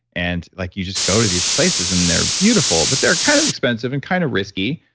and like you just go to these places and they're beautiful, but they're kind of expensive and kind of risky,